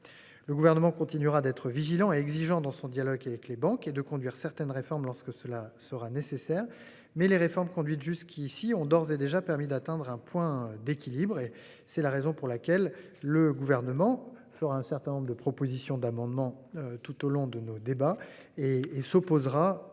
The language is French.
le gouvernement continuera d'être vigilants et exigeants dans son dialogue avec les banques et de conduire certaines réformes lorsque cela sera nécessaire. Mais les réformes conduites jusqu'ici ont d'ores et déjà permis d'atteindre un point d'équilibre et c'est la raison pour laquelle le gouvernement sur un certain nombre de propositions d'amendements. Tout au long de nos débats et et s'opposera à. La proposition